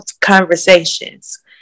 conversations